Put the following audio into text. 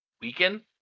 weaken